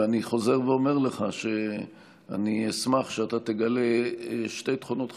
ואני חוזר ואומר לך שאני אשמח שאתה תגלה שתי תכונות חשובות: